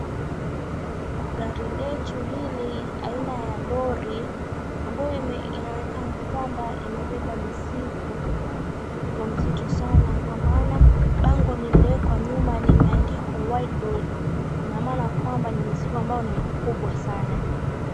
Gari letu hili aina ya lorry ambayo inaonekana kwamba imebeba mizigo, mizigo mizito sana kwa maana bango lililowekwa nyuma limeandikwa wide load lina maana kuwa ni mzigo mkubwa sana.